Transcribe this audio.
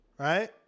right